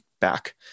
back